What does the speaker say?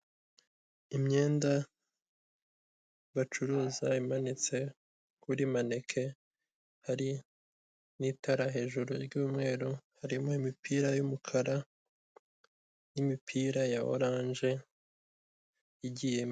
Imyenda bacuruza imanitse kuri maneke, hari n'itara hejuru ry'umweru harimo imipira y'umukara n'imipira ya orange igiye.